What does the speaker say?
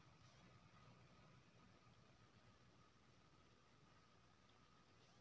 बुढ़ापा मे केकरो लग हाथ नहि पसारै पड़य एहि लेल अटल पेंशन योजना लेलहु